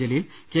Jaleel K